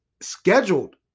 scheduled